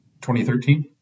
2013